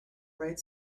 bright